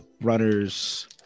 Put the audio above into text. runners